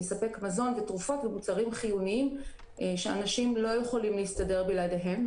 לספק מזון ותרופות ומוצרים חיוניים שאנשים לא יכולים להסתדר בלעדיהם.